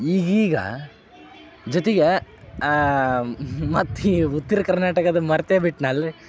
ಈಗೀಗ ಜೊತೆಗೆ ಮತ್ತು ಈ ಉತ್ರ ಕರ್ನಾಟಕದ ಮರೆತೇ ಬಿಟ್ನಲ್ಲ ರೀ